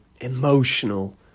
emotional